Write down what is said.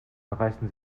erreichen